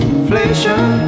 Inflation